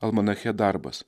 almanache darbas